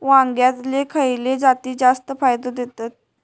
वांग्यातले खयले जाती जास्त फायदो देतत?